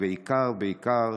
ובעיקר בעיקר